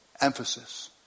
Emphasis